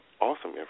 awesome